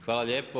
Hvala lijepo.